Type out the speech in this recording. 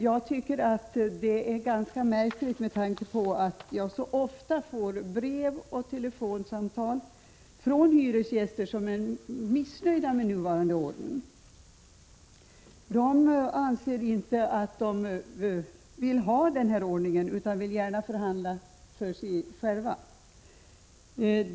Det tycker jag är ganska märkligt, med tanke på att jag så ofta får brev och telefonsamtal från hyresgäster som är missnöjda med nuvarande ordning. De vill inte ha den här ordningen, utan de vill gärna förhandla för sig själva.